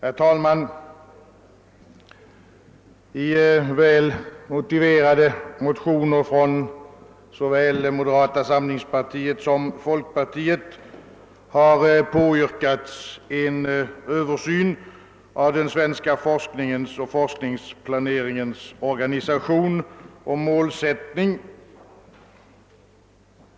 Herr talman! I väl motiverade motioner från såväl moderata samlingspartiet som folkpartiet har påyrkats en översyn av den svenska forskningens och forskningsplaneringens organisation och målsättning.